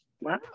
Wow